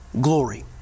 glory